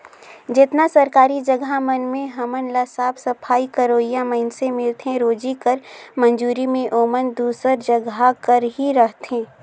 जेतना सरकारी जगहा मन में हमन ल साफ सफई करोइया मइनसे मिलथें रोजी कर मंजूरी में ओमन दूसर जगहा कर ही रहथें